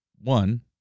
one